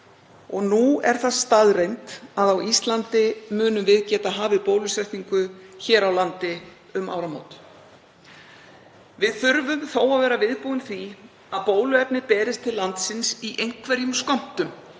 og nú er það staðreynd að á Íslandi munum við geta hafið bólusetningu hér á landi um áramót. Við þurfum þó að vera viðbúin því að bóluefni berist til landsins í einhverjum skömmtum